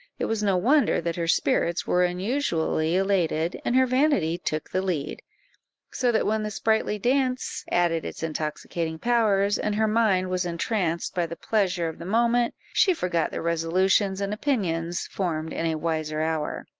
it was no wonder that her spirits were unusually elated, and her vanity took the lead so that when the sprightly dance added its intoxicating powers, and her mind was entranced by the pleasure of the moment, she forgot the resolutions and opinions formed in a wiser hour.